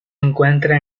encuentra